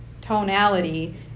tonality